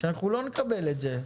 שאנחנו לא נקבל את זה,